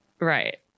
Right